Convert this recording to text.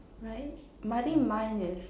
right I think mine is